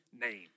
name